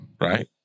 right